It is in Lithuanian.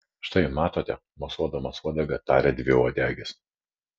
štai matote mosuodamas uodega tarė dviuodegis